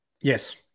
Yes